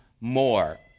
more